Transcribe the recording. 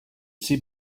see